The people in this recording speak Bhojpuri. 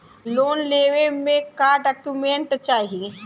लोन लेवे मे का डॉक्यूमेंट चाही?